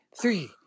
three